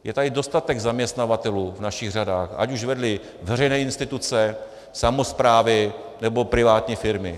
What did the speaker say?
Je tady dostatek zaměstnavatelů v našich řadách, ať už vedli veřejné instituce, samosprávy nebo privátní firmy.